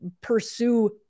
pursue